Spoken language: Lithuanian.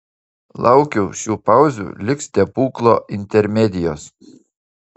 laukiau šių pauzių lyg stebuklo intermedijos